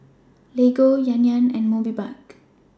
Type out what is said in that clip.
Lego Yan Yan and Mobike